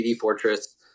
fortress